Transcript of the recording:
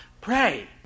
pray